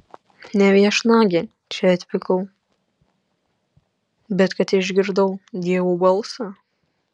ne viešnagėn čia atvykau bet kad išgirdau dievų balsą